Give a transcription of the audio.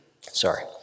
Sorry